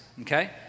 Okay